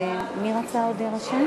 הנה, אני אפתיע אותך.